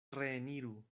reeniru